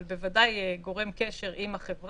כמו שמירת מידע ואבטחת מידע וכולי.